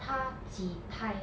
她挤太